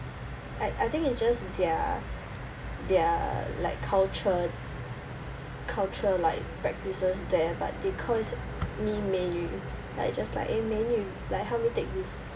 I I think it's just like their their like culture culture like practices there but they calls me 美女 like just like eh 美女 like help me take this